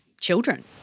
children